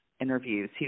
interviews